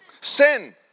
Sin